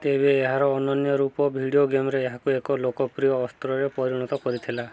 ତେବେ ଏହାର ଅନନ୍ୟ ରୂପ ଭିଡ଼ିଓ ଗେମ୍ରେ ଏହାକୁ ଏକ ଲୋକପ୍ରିୟ ଅସ୍ତ୍ରରେ ପରିଣତ କରିଥିଲା